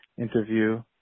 interview